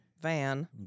van